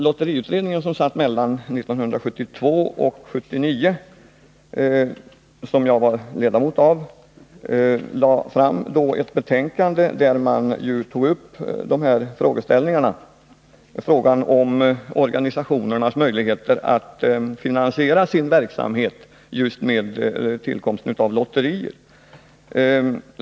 Lotteriutredningen, som arbetade mellan 1972 och 1979 och som jag var ledamot av, lade fram ett betänkande där man tog upp frågan om organisationernas möjligheter att finansiera sin verksamhet just med lotterier.